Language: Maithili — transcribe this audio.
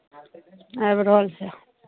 आबि रहल छै